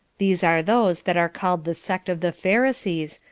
these are those that are called the sect of the pharisees,